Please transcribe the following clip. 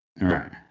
Right